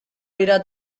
dira